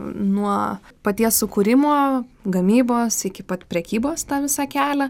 nuo paties sukūrimo gamybos iki pat prekybos tą visą kelią